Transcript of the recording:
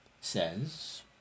says